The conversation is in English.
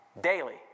daily